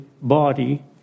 body